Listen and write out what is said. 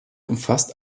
umfasst